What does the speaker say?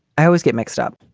i always get mixed up.